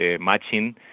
matching